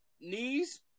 knees